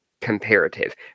comparative